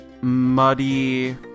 muddy